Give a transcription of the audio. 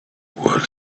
what